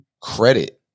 credit